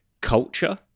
culture